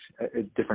different